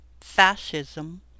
Fascism